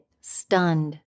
stunned